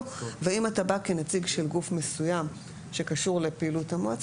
ואם אתה בא כנציג של גוף מסוים שקשור לפעילות המועצה,